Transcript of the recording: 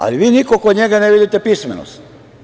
Ali, vi kod njega ne vidite pismenost.